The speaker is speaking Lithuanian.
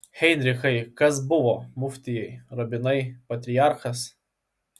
heinrichai kas buvo muftijai rabinai patriarchas